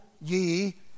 ye